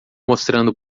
mostrando